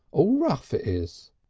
all rough it is.